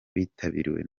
witabiriwe